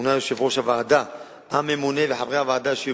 מונו יושב-ראש הוועדה הממונה וחברי הוועדה,